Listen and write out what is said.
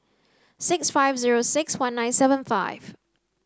six five zero six one nine seven five